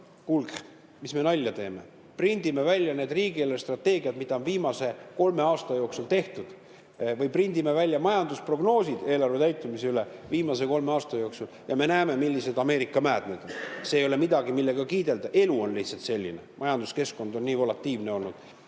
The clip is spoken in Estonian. Kuulge! Mis me nalja teeme?! Prindime välja need riigi eelarvestrateegiad, mis on viimase kolme aasta jooksul tehtud, või prindime välja majandusprognoosid eelarve täitumise kohta viimase kolme aasta jooksul, ja me näeme, millised Ameerika mäed need on. See ei ole midagi, millega kiidelda. Elu on lihtsalt selline. Majanduskeskkond on nii volatiilne olnud